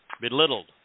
belittled